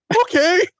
okay